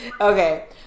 Okay